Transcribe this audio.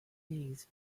knees